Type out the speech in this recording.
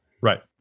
Right